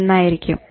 " എന്നായിരിക്കും